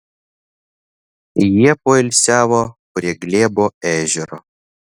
jie poilsiavo prie glėbo ežero